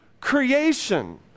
creation